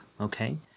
okay